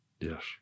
Yes